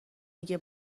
میگه